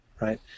right